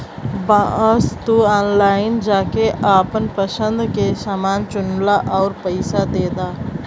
बस तू ऑनलाइन जाके आपन पसंद के समान चुनला आउर पइसा दे दा